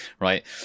right